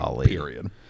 Period